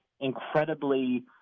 incredibly